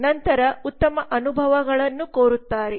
ನಂತರ ಉತ್ತಮ ಅನುಭವಗಳನ್ನು ಕೋರುತ್ತಾರೆ